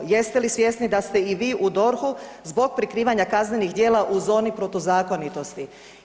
Jeste li svjesni da ste i vi u DORH-u zbog prikrivanja kaznenih djela u zoni protuzakonitosti?